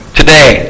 today